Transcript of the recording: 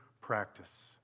practice